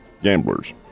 gamblers